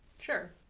Sure